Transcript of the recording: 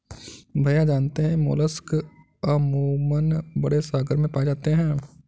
भैया जानते हैं मोलस्क अमूमन बड़े सागर में पाए जाते हैं